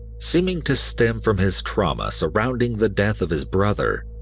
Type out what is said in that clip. seeming to stem from his trauma surrounding the death of his brother,